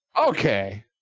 Okay